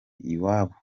iwabo